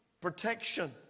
protection